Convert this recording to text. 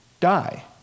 Die